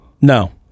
no